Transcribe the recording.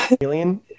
Alien